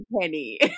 penny